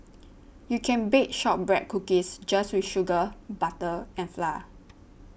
you can bake Shortbread Cookies just with sugar butter and flour